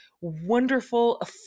wonderful